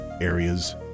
areas